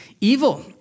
evil